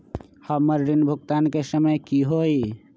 हमर ऋण भुगतान के समय कि होई?